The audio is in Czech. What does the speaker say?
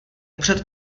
před